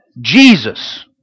Jesus